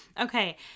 Okay